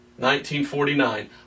1949